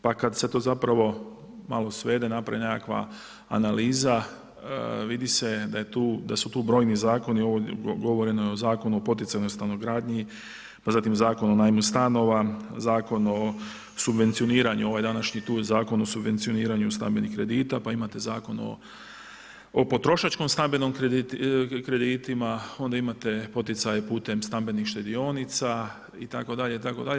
Pa kad se to zapravo malo svede, napravi nekakva analiza, vidi se da su tu brojni zakoni, govoreno je o Zakonu o poticanoj stanogradnji, zatim Zakon o najmu stanova, Zakon o subvencioniranju, ovaj današnji tu Zakon o subvencioniranju stambenih kredita, pa imate Zakon o potrošačkom stambenom kreditima, onda imate poticaje putem stambenih štedionica itd., itd.